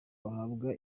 bahabwa